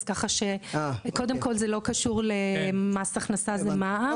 כך שקודם כל זה לא קשור למס הכנסה; זה מע"מ.